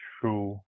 true